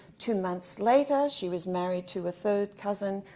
two months later she was married to a third cousin,